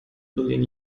billion